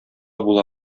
була